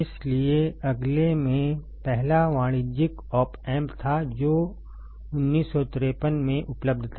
इसलिए अगले में पहला वाणिज्यिक ऑप एम्प था जो 1953 में उपलब्ध था